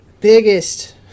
biggest